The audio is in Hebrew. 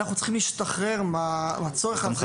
אנחנו צריכים להשתחרר מהצורך הזה.